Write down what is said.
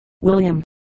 William